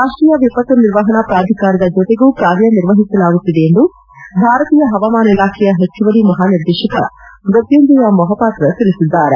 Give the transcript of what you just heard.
ರಾಷ್ಟೀಯ ವಿಪತ್ತು ನಿರ್ವಹಣಾ ಪ್ರಾಧಿಕಾರದ ಜೊತೆಗೂ ಕಾರ್ಯನಿರ್ವಹಿಸಲಾಗುತ್ತಿದೆ ಎಂದು ಭಾರತೀಯ ಹವಾಮಾನ ಇಲಾಖೆಯ ಹೆಚ್ಚುವರಿ ಮಹಾನಿರ್ದೇಶಕ ಮೃತ್ಯುಂಜಯ ಮೊಹಪಾತ್ರ ತಿಳಿಸಿದ್ದಾರೆ